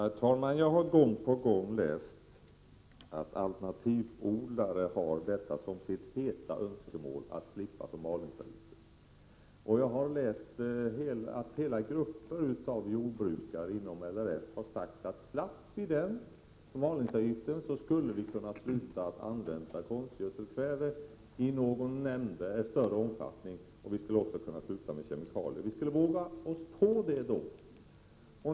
Herr talman! Jag har gång på gång läst att alternativodlare har ett hett önskemål om att slippa förmalningsavgiften. Jag har läst att hela grupper av jordbrukare inom LRF har sagt, att om de slapp den avgiften skulle de kunna sluta använda konstgödselkväve i större omfattning och sluta med kemikalier — då skulle de våga sig på det.